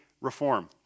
reform